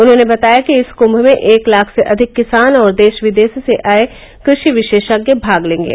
उन्होंने बताया कि इस कुम्म में एक लाख से अधिक किसान और देश विदेश से आये कृषि विशेषज्ञ भाग लेंगे